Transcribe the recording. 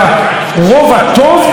שהיא כמובן נמצאת בו,